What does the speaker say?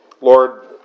lord